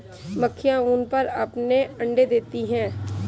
मक्खियाँ ऊन पर अपने अंडे देती हैं